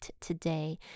today